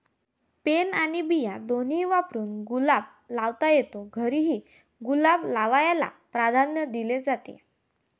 pen आणि बिया दोन्ही वापरून गुलाब लावता येतो, घरीही गुलाब लावायला प्राधान्य दिले जाते